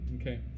Okay